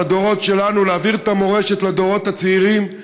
הדורות שלנו להעביר את המורשת לדורות הצעירים,